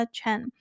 Chen 。